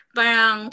parang